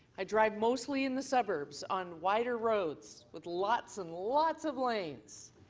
i drive mostly in the suburbs on wider roads. with lots and lots of lanes.